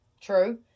True